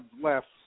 left